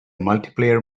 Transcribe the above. multiplayer